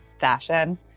fashion